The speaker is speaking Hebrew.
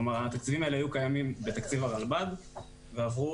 כלומר התקציבים האלה היו קיימים בתקציב הרלב"ד ועברו